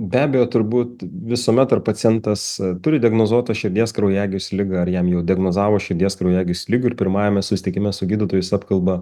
be abejo turbūt visuomet ar pacientas turi diagnozuotą širdies kraujagyslių ligą ar jam jau diagnozavo širdies kraujagys ligą ir pirmajame susitikime su gydytojais apkalba